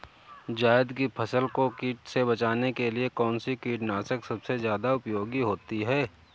जायद की फसल को कीट से बचाने के लिए कौन से कीटनाशक सबसे ज्यादा उपयोगी होती है?